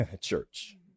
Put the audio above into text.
church